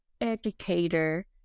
educator